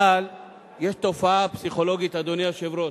אבל יש תופעה פסיכולוגית, אדוני היושב-ראש: